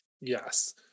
Yes